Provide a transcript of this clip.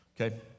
okay